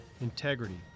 integrity